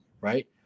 right